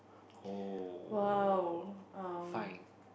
oh fine